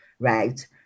right